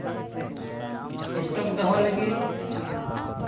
stock ᱫᱚᱦᱚ ᱞᱟᱹᱜᱤᱫ